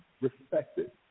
respected